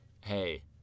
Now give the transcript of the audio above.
Hey